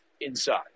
inside